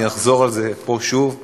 אחזור על זה פה שוב: